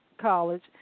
College